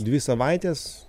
dvi savaites